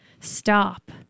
Stop